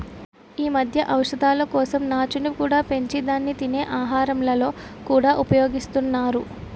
ఈ మధ్య ఔషధాల కోసం నాచును కూడా పెంచి దాన్ని తినే ఆహారాలలో కూడా ఉపయోగిస్తున్నారు